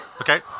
Okay